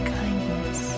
kindness